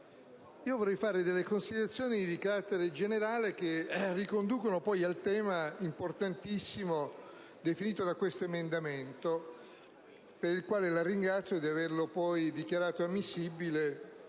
vorrei fare delle considerazioni di carattere generale, che riconducono poi al tema importantissimo definito da questo emendamento (la ringrazio di averlo dichiarato proponibile